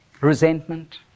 resentment